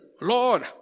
Lord